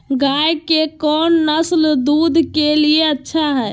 गाय के कौन नसल दूध के लिए अच्छा है?